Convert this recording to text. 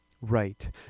Right